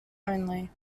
only